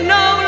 no